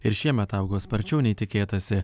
ir šiemet augo sparčiau nei tikėtasi